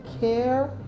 care